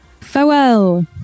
Farewell